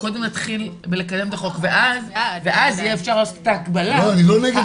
צריכים לקחת בחשבון גם מסלולים שלא חייבים